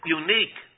unique